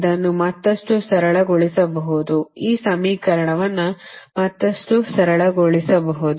ಇದನ್ನು ಮತ್ತಷ್ಟು ಸರಳಗೊಳಿಸಬಹುದು ಈ ಸಮೀಕರಣವನ್ನು ಮತ್ತಷ್ಟು ಸರಳೀಕರಿಸಬಹುದು